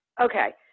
Okay